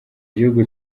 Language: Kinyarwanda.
gihugu